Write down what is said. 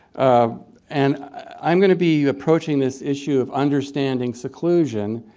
and i'm going to be approaching this issue of understanding seclusion,